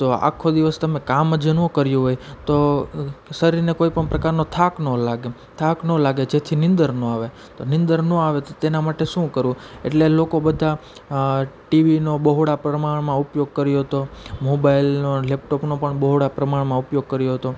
તો આખો દિવસ તમે કામ જ ન કર્યું હોય તો શરીરને કોઈપણ પ્રકારનો થાક ન લાગે થાક ન લાગે જેથી નિંદર ન આવે તો નિંદરનો આવે તો તેના માટે શું કરવું એટલે લોકો બધા ટીવીનો બહોળા પ્રમાણમાં ઉપયોગ કર્યો તો મોબાઈલનો લેપટોપનો પણ બહોળા પ્રમાણમાં ઉપયોગ કર્યો હતો